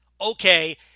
Okay